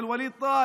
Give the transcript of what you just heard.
של ווליד טאהא,